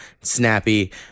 Snappy